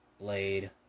Blade